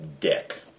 dick